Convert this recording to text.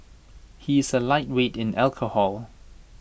he is A lightweight in alcohol